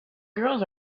girls